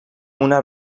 una